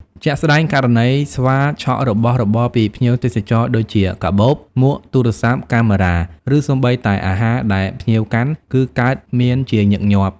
ជាក់ស្ដែង ករណីស្វាឆក់របស់របរពីភ្ញៀវទេសចរដូចជា កាបូប មួក ទូរសព្ទ កាមេរ៉ា ឬសូម្បីតែអាហារដែលភ្ញៀវកាន់ គឺកើតមានជាញឹកញាប់។